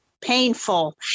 painful